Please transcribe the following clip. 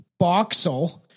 Boxel